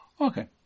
Okay